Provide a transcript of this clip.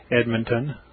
Edmonton